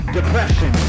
Depression